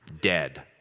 Dead